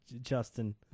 Justin